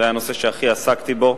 זה הנושא שעסקתי בו